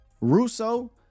Russo